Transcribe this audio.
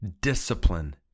Discipline